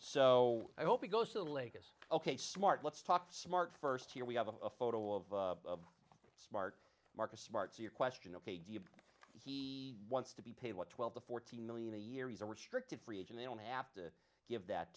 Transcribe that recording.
so i hope he goes to the lakers ok smart let's talk smart first here we have a photo of smart marcus smart so your question ok do you he wants to be paid what twelve to fourteen million a year he's a restricted free agent they don't have to give that